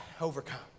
overcome